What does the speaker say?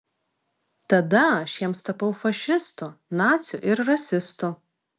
tada aš jiems tapau fašistu naciu ir rasistu